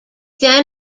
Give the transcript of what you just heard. then